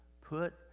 Put